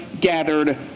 gathered